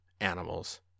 animals